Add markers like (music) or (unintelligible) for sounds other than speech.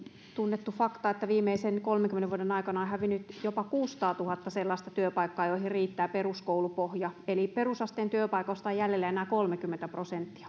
tunnettu fakta että viimeisen kolmenkymmenen vuoden aikana on hävinnyt jopa kuusisataatuhatta sellaista työpaikkaa joihin riittää peruskoulupohja eli perusasteen työpaikoista on jäljellä enää kolmekymmentä prosenttia (unintelligible)